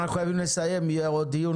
אחד,